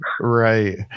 Right